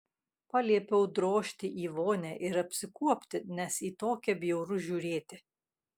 paliepiau drožti į vonią ir apsikuopti nes į tokią bjauru žiūrėti